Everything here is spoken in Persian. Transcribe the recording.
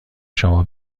شما